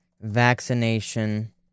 vaccination